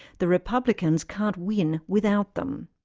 the republicans can't win without them.